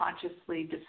consciously